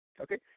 okay